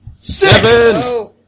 seven